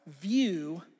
view